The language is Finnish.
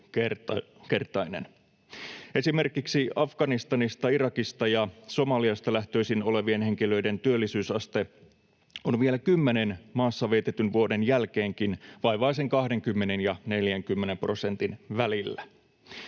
Esimerkiksi Afganistanista, Irakista ja Somaliasta lähtöisin olevien henkilöiden työllisyysaste on vielä kymmenen maassa vietetyn vuoden jälkeenkin vaivaisen 20 ja 40 prosentin välillä.